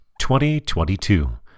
2022